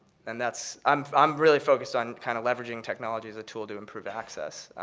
and that's i'm i'm really focused on kind of leveraging technology as a tool to improve access.